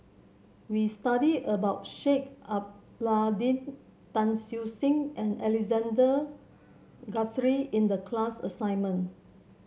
we study about Sheik Alau'ddin Tan Siew Sin and Alexander Guthrie in the class assignment